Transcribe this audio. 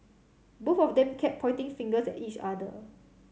both of them kept pointing fingers at each other